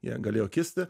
jie galėjo kisti